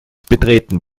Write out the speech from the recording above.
betreten